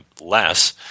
less